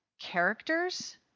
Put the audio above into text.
characters